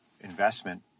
investment